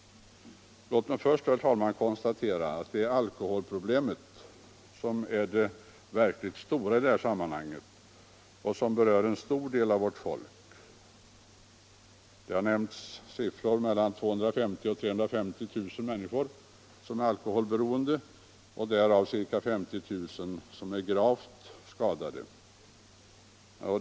Låt mig först, herr talman, konstatera att det är alkoholproblemet som är det verkligt stora i sammanhanget och som berör en stor del av vårt : område folk. Det har nämnts siffror på mellan 250 000 och 350 000 människor som är beroende av alkohol och därav ca 50 000 som är gravt skadade.